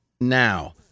Now